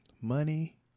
Money